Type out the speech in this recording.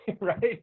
right